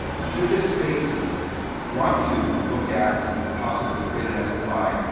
should the state want to look at and possibly create an sfi,